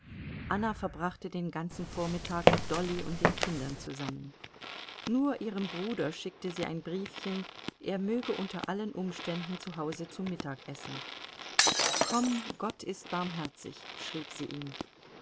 anna verbrachte den ganzen vormittag mit dolly und den kindern zusammen nur ihrem bruder schickte sie ein briefchen er möge unter allen umständen zu hause zu mittag essen komm gott ist barmherzig schrieb sie ihm